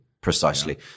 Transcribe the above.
precisely